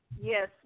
Yes